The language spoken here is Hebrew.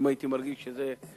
אם הייתי מרגיש שזה,